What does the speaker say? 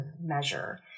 measure